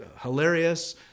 hilarious